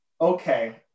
Okay